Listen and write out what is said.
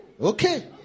Okay